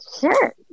Sure